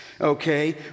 okay